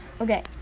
Okay